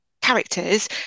Characters